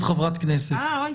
התקנות אושרו,